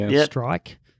strike